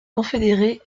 confédérés